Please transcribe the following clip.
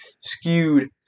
skewed